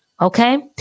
Okay